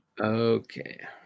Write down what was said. Okay